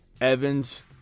Evans